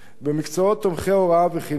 במקצועות תומכי הוראה וחינוך,